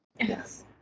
Yes